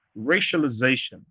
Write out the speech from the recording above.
racialization